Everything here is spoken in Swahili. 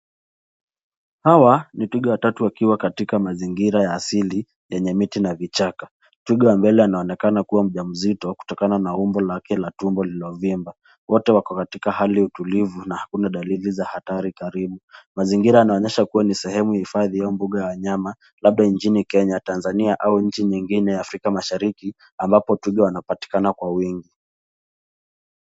Hawa ni twiga watatu wakiwa katika mazingira ya asili enye miti na vichaka. Twiga wa mbele anaonekana kuwa mjamzito kutokana na umbo lake la tumbo lililovimba. Wote wako katika hali ya utulivu na hakuna dalili za hatari karibu. Mazingira yanaonyesha kuwa ni sehemu ya uhifadhi au mbuga ya wanyama, labda nchini Kenya, Tanzania au nchi nyingine ya Afrika Mashariki, ambapo twiga wanapatikana kwa wingi.